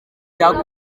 cya